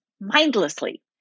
mindlessly